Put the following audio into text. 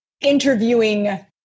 interviewing